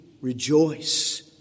rejoice